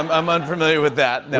um i'm unfamiliar with that, no.